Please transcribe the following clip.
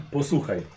Posłuchaj